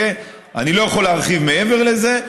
אני לא יכול להרחיב מעבר לזה,